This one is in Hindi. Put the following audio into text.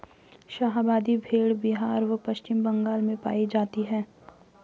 शाहाबादी भेड़ बिहार व पश्चिम बंगाल में पाई जाती हैं